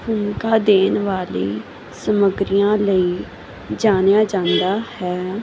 ਭੂਮੀਕਾ ਦੇਣ ਵਾਲੀ ਸਮਗਰੀਆਂ ਲਈ ਜਾਣਿਆ ਜਾਂਦਾ ਹੈ